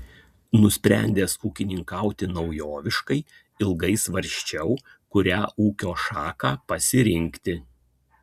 nusprendęs ūkininkauti naujoviškai ilgai svarsčiau kurią ūkio šaką pasirinkti